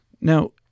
Now